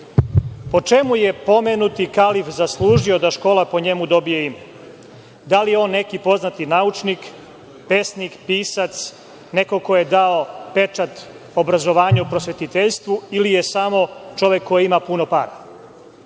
Po čemu je pomenuti kalif zaslužio da škola po njemu dobije ime? Da li je on neki poznati naučnik, pesnik, pisac, neko ko je dao pečat obrazovanju, prosvetiteljstvu ili je samo čovek koji ima puno para?